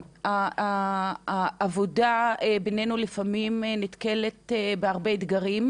העבודה בינינו נתקלת לפעמים בהרבה אתגרים,